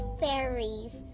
fairies